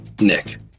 Nick